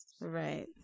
Right